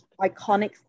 iconic